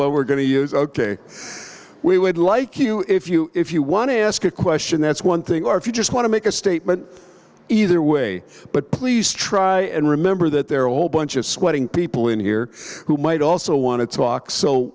well we're going to use ok we would like you if you if you want to ask a question that's one thing or if you just want to make a statement either way but please try and remember that they're all bunch of sweating people in here who might also want to talk so